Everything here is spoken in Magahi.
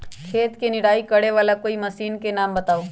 खेत मे निराई करे वाला कोई मशीन के नाम बताऊ?